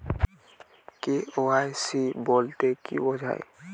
KYC বলতে কি বোঝায়?